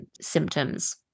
symptoms